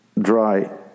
dry